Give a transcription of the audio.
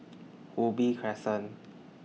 Ubi Crescent